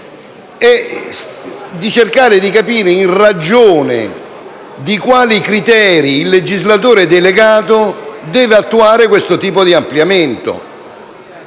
di cercare di capire in ragione di quali criteri il legislatore delegato deve attuare questo tipo di ampliamento.